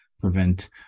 prevent